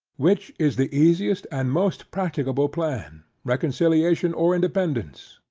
which is the easiest and most practicable plan, reconciliation or independance?